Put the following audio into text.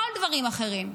לא על דברים אחרים,